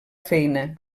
feina